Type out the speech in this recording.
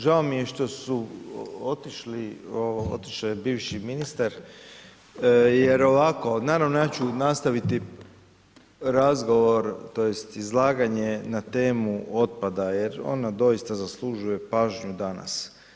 Žao mi je što su otišli, otišao je bivši ministar jer ovako, naravno ja ću nastaviti razgovor tj. izlaganje na temu otpada jer ona doista zaslužuje pažnju danas.